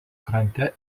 krante